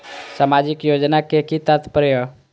सामाजिक योजना के कि तात्पर्य?